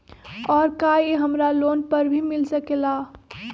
और का इ हमरा लोन पर भी मिल सकेला?